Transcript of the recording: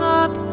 up